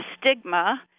stigma